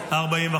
נתקבלו.